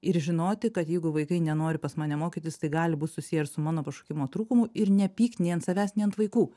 ir žinoti kad jeigu vaikai nenori pas mane mokytis tai gali būt susiję ir su mano pašaukimo trūkumu ir ne pykt nei ant savęs nei ant vaikų